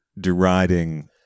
deriding